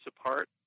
apart